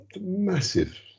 massive